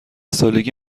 سالگی